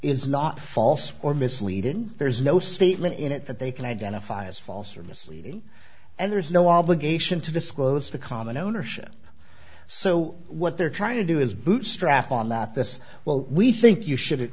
is not false or misleading there's no statement in it that they can identify as false or misleading and there's no obligation to disclose the common ownership so what they're trying to do is bootstrap on that this well we think you should